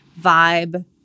vibe